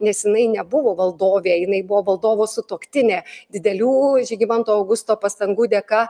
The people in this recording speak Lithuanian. nes jinai nebuvo valdovė jinai buvo valdovo sutuoktinė didelių žygimanto augusto pastangų dėka